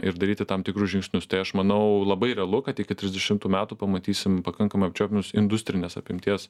ir daryti tam tikrus žingsnius tai aš manau labai realu kad iki trisdešimtų metų pamatysim pakankamai apčiuopiamus industrinės apimties